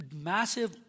massive